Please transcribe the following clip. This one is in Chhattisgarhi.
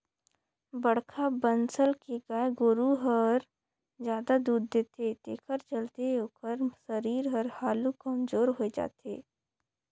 बड़खा बनसल के गाय गोरु हर जादा दूद देथे तेखर चलते ओखर सरीर हर हालु कमजोर होय जाथे